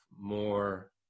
more